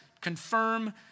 confirm